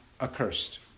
accursed